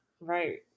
Right